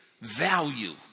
value